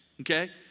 okay